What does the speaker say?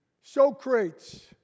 Socrates